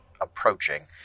approaching